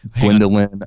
Gwendolyn